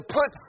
put